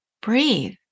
breathe